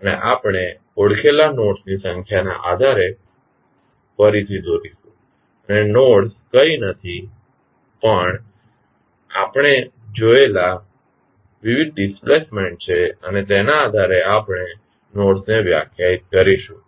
અને આપણે ઓળખેલા નોડ્સ ની સંખ્યાના આધારે ફરીથી દોરીશું અને નોડ્સ કંઈ નથી પણ આપણે જોયેલા વિવિધ ડિસ્પ્લેસમેન્ટસ છે અને તેના આધારે આપણે નોડસને વ્યાખ્યાયિત કરીશું